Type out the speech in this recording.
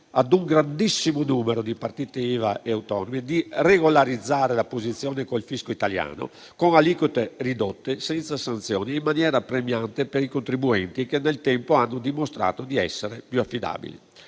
ad un grandissimo numero di partite IVA e autonomi di regolarizzare la posizione con il fisco italiano, con aliquote ridotte, senza sanzioni e in maniera premiante per i contribuenti che nel tempo hanno dimostrato di essere più affidabili.